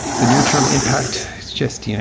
the near-term impact is just you know